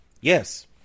Yes